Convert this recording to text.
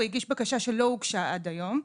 הוא הגיש בקשה שלא הוגשה עד היום,